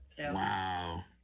wow